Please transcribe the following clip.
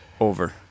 Over